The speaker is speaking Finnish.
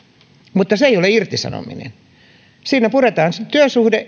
mutta se ei ole irtisanominen siinä puretaan työsuhde